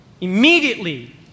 Immediately